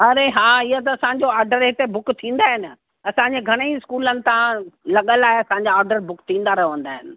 अरे हा इहो त असांजो आडर हिते बुक थींदा आहिनि असांजे घणेई स्कूलनि तां लॻल आहे असांजा आडर बुक थींदा रहंदा आहिनि